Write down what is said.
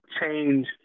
change